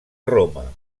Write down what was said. roma